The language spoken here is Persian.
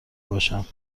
باشم